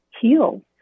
heal